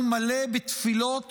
מלא בתפילות